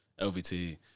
LVT